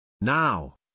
Now